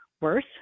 worse